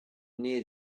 near